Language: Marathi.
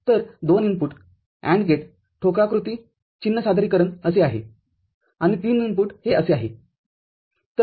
तर२ इनपुट AND गेट ठोकळाकृतीचिन्ह सादरीकरण असे आहे आणि ३ इनपुट हे असे आहे